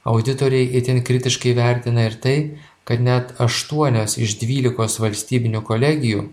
auditoriai itin kritiškai vertina ir tai kad net aštuonios iš dvylikos valstybinių kolegijų